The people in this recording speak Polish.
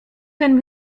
ten